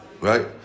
right